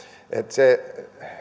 se